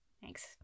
Thanks